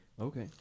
okay